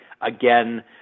again